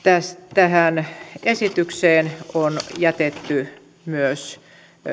tähän esitykseen on jätetty myös